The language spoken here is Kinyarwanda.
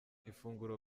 ifunguro